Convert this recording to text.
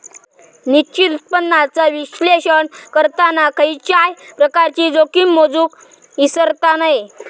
निश्चित उत्पन्नाचा विश्लेषण करताना खयच्याय प्रकारची जोखीम मोजुक इसरता नये